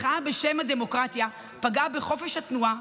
מחאה שבשם הדמוקרטיה פגעה בחופש התנועה,